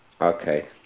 Okay